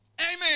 Amen